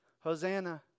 hosanna